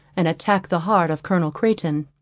and attack the heart of colonel crayton.